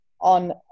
on